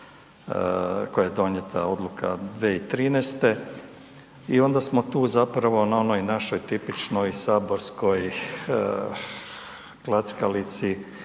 koje je donijeta odluka 2013. i onda smo tu zapravo na onoj našoj tipičnoj saborskoj klackalici.